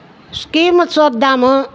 scheme చూద్దాము